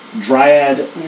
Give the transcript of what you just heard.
Dryad